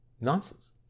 nonsense